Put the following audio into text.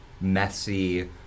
messy